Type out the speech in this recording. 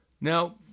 Now